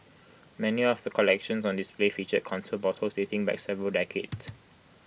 many of the collections on display featured contour bottles dating back several decades